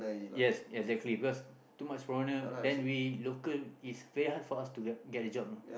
yes exactly because too much foreigner then we local is very hard for us to get a job you know